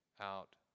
out